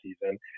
season